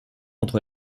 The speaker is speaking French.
entre